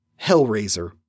Hellraiser